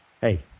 Hey